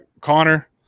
Connor